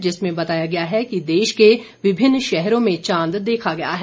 जिसमें बताया गया है कि देश के विभिन्न शहरों में चांद देखा गया है